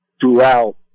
throughout